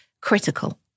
critical